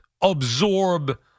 absorb